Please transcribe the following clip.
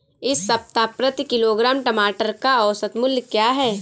इस सप्ताह प्रति किलोग्राम टमाटर का औसत मूल्य क्या है?